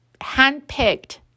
handpicked